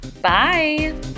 Bye